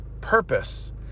purpose